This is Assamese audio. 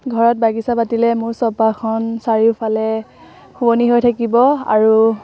ঘৰত বাগিচা পাতিলে মোৰ চৌপাশখন চাৰিওফালে শুৱনি হৈ থাকিব আৰু